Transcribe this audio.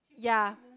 yeah